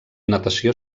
natació